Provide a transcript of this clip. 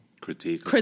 critique